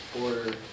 order